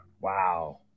Wow